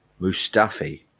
Mustafi